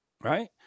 right